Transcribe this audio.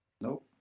Nope